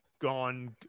gone